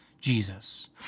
Jesus